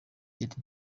leta